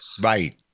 Right